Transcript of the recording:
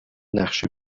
نقشه